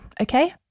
Okay